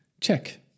Check